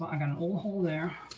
i got an old hole there,